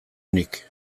nik